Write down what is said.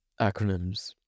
acronyms